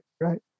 right